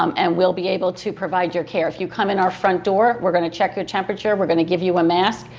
um and we'll be able to provide your care. if you come in our front door, we're going to check your temperature, we're going to give you a mask,